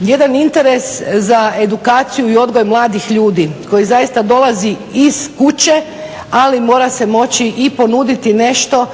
jedan interes za edukaciju i odgoj mladih ljudi koji zaista dolazi iz kuće, ali mora se moći i ponuditi nešto,